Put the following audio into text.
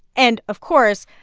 and, of course,